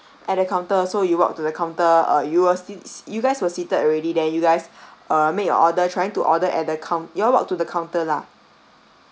at the counter so you walk to the counter uh you were seats you guys were seated already then you guys uh make your order trying to order at the coun~ you all walk to the counter lah